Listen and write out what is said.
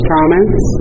Comments